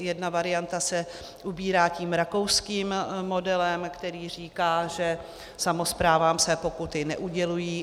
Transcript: Jedna varianta se zaobírá tím rakouským modelem, který říká, že samosprávám se pokuty neudělují.